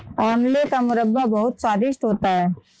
आंवले का मुरब्बा बहुत स्वादिष्ट होता है